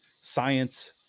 science